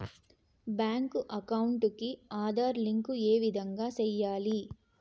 Bank account కి Aadhaar link ఏ విధంగా సెయ్యాలి?